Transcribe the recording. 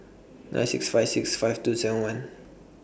nine six five six five two seven one